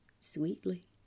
sweetly